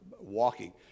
walking